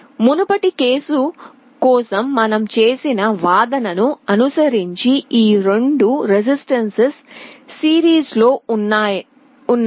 మునుపటి కేసు కోసం మనం చేసిన వాదనను అనుసరించి ఈ 2 రెసిస్టెన్సులు సిరీస్లో ఉన్నాయి